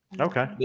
Okay